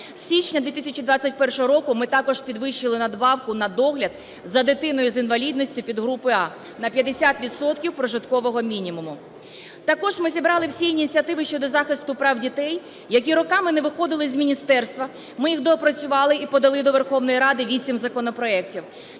З січня 2021 року ми також підвищили надбавку на догляд за дитиною з інвалідністю підгрупи А на 50 відсотків прожиткового мінімуму. Також ми зібрали всі ініціативи щодо захисту прав дітей, які роками не виходили з міністерства, ми їх доопрацювали і подали до Верховної Ради 8 законопроектів.